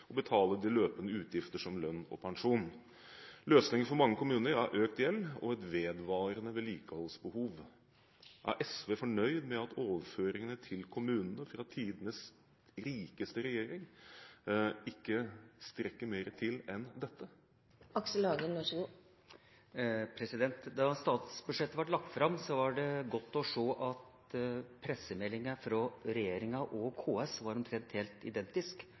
og betale løpende utgifter som lønn og pensjon. Løsningen for mange kommuner er økt gjeld og et vedvarende vedlikeholdsbehov. Er SV fornøyd med at overføringene til kommunene fra tidenes rikeste regjering ikke strekker bedre til enn dette? Da statsbudsjettet ble lagt fram, var det godt å se at pressemeldingene fra regjeringa og KS var omtrent helt